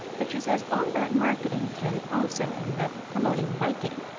but she says all that marketing can also end up promoting biking,